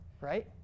right